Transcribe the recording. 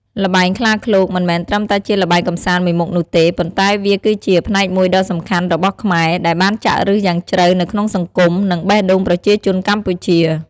ល្បែងខ្លាឃ្លោក មិនមែនត្រឹមតែជាល្បែងកម្សាន្តមួយមុខនោះទេ ប៉ុន្តែវាគឺជា ផ្នែកមួយដ៏សំខាន់របស់ខ្មែរ ដែលបានចាក់ឫសយ៉ាងជ្រៅនៅក្នុងសង្គម និងបេះដូងប្រជាជនកម្ពុជា។